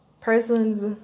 person's